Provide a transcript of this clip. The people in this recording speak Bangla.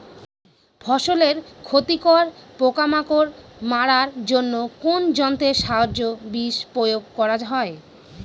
ফসলের ক্ষতিকর পোকামাকড় মারার জন্য কোন যন্ত্রের সাহায্যে বিষ প্রয়োগ করা হয়?